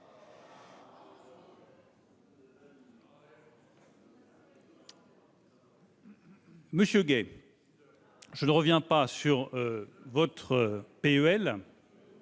Fabien Gay, je ne reviens pas sur votre PEL,